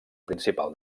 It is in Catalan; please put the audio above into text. principal